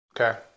Okay